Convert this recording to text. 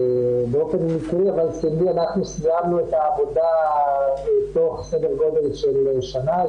אנחנו סיימנו את העבודה תוך סדר גודל של שנה.